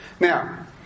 Now